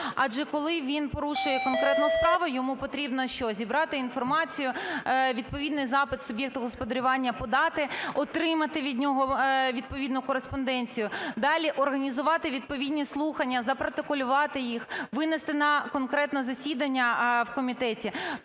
Адже коли він порушує конкретну справу, йому потрібно що – зібрати інформацію, відповідний запит суб'єкту господарювання подати, отримати від нього відповідну кореспонденцію, далі – організувати відповідні слухання, запротоколювати їх, винести на конкретне засідання в комітеті.